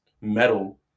metal